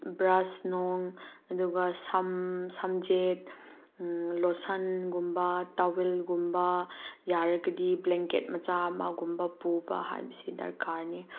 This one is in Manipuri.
ꯕ꯭ꯔꯁ ꯅꯨꯡ ꯑꯗꯨꯒ ꯁꯝ ꯁꯝꯖꯦꯠ ꯂꯣꯁꯟꯒꯨꯝꯕ ꯇꯥꯋꯦꯜꯒꯨꯝꯕ ꯌꯥꯔꯒꯗꯤ ꯕ꯭ꯂꯦꯡꯀꯦꯠ ꯃꯆꯥ ꯑꯃꯒꯨꯝꯕ ꯄꯨꯕ ꯍꯥꯏꯕꯁꯤ ꯗꯔꯀꯥꯔꯅꯤ